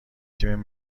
تیم